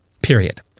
Period